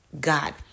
God